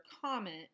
comment